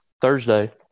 Thursday